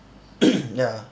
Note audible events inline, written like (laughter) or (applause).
(coughs) ya